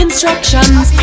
Instructions